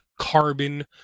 carbon